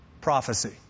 Prophecy